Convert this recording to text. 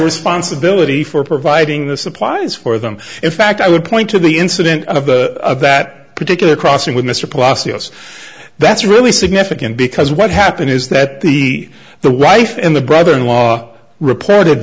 responsibility for providing the supplies for them in fact i would point to the incident of that particular crossing with mr pos yes that's really significant because what happened is that the the right in the brother in law reported